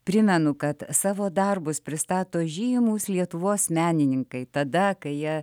primenu kad savo darbus pristato žymūs lietuvos menininkai tada kai jie